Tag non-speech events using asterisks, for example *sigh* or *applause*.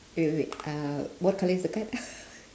wait wait uh what colour is the card *laughs*